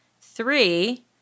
three